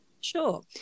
Sure